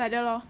like that lor